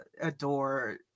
adore